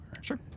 Sure